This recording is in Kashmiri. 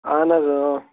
اہن حَظ اۭں